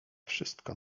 wszystko